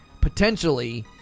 potentially